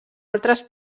altres